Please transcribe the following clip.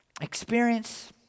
experience